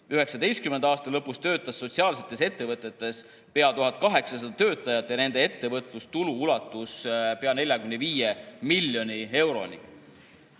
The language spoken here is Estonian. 2019. aasta lõpus töötas sotsiaalsetes ettevõtetes pea 1800 töötajat ja nende ettevõtlustulu ulatus pea 45 miljoni euroni. Iga